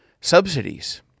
subsidies